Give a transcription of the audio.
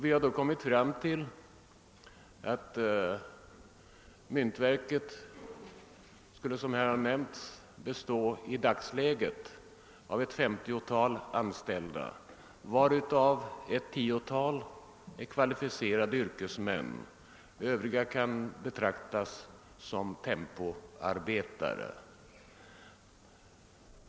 Vi har därvid kommit till det resultatet att myntverket i dagens läge skulle sysselsätta ett femtiotal personer, varav ett tiotal är kvalificerade yrkesmän, medan de övriga kan betraktas som tempoarbetare.